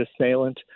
assailant